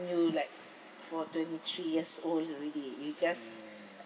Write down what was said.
you like for twenty three years old already you just